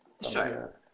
Sure